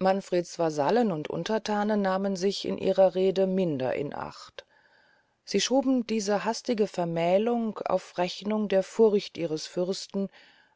manfreds vasallen und unterthanen nahmen sich in ihren reden minder in acht sie schoben diese hastige vermählung auf rechnung der furcht ihres fürsten